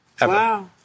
Wow